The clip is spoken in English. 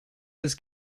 his